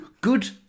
Good